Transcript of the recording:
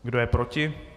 Kdo je proti?